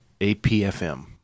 apfm